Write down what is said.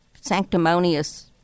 sanctimonious